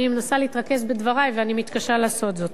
אני מנסה להתרכז בדברי ואני מתקשה לעשות זאת.